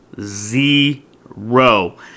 Zero